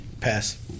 Pass